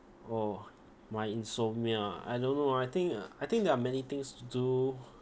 oh my insomnia I don't know I think uh I think there are many things to do